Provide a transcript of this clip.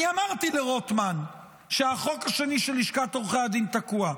אני אמרתי לרוטמן שהחוק השני של לשכת עורכי הדין תקוע.